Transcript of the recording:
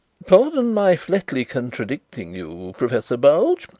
pardon my flatly contradicting you, professor bulge.